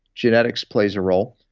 genetics plays a role.